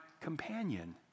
companion